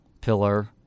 pillar